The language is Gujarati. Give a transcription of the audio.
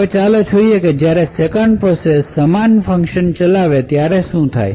હવે ચાલો જોઈએ કે જ્યારે 2nd પ્રોસેસ સમાન ફંકશન ચલાવે ત્યારે શું થશે